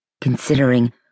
considering